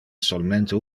solmente